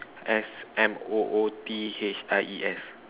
S M O O T H I E S